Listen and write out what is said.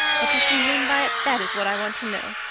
what does she mean by it, that is what i want to know.